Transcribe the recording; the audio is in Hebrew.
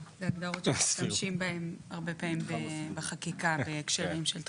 אלה הגדרות שמשתמשים בהם הרבה פעמים בחקיקה בהקשרים של דחיפות.